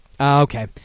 Okay